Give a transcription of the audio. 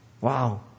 Wow